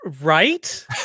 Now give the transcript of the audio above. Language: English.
Right